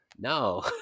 no